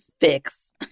fix